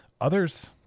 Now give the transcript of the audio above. Others